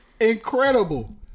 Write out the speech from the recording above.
incredible